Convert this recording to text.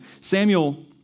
Samuel